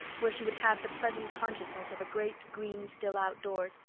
where she would have the pleasant consciousness of a great green still outdoors,